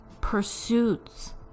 pursuits